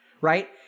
right